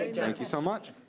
ah thank you so much.